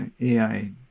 AI